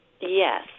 Yes